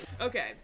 Okay